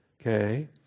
Okay